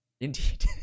Indeed